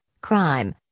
crime